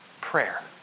Prayer